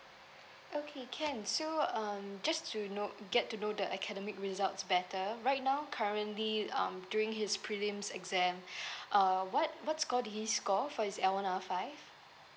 okay can so um just so you know get to know the academic results better right now currently um during his prelims exam uh what what score did he score for his L one R five